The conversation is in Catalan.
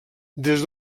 des